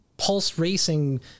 pulse-racing